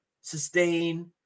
sustain